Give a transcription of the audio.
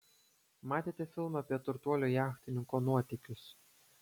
matėte filmą apie turtuolio jachtininko nuotykius